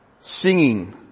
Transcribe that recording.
singing